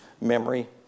memory